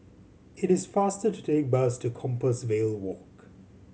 it is faster to take the bus to Compassvale Walk